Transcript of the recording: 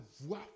voix